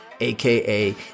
aka